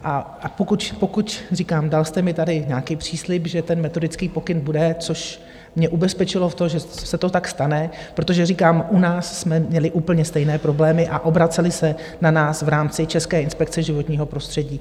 A pokud, říkám, dal jste mi tady nějaký příslib, že ten metodický pokyn bude, což mě ubezpečilo v tom, že se to tak stane, protože říkám, u nás jsme měli úplně stejné problémy a obraceli se na nás v rámci České inspekce životního prostředí.